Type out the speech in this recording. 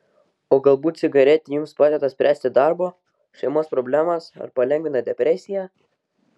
o galbūt cigaretė jums padeda spręsti darbo šeimos problemas ar palengvina depresiją